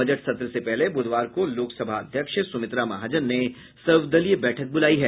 budget सत्र से पहले बुधवार को लोकसभा अध्यक्ष सुमित्रा महाजन ने सर्वदलीय बैठक बुलाई है